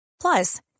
Plus